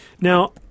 Now